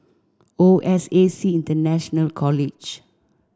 O S A C International College